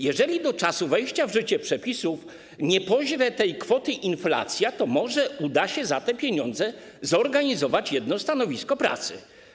Jeżeli do czasu wejścia w życie przepisów nie pożre tej kwoty inflacja, to może uda się za te pieniądze zorganizować jedno stanowisko pracy.